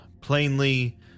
plainly